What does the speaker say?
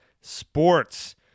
Sports